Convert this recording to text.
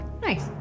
Nice